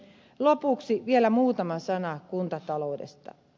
lopuksi vielä muutama sana kuntataloudesta